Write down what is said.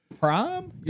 Prime